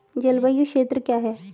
जलवायु क्षेत्र क्या है?